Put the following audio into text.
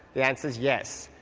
the answer is yes.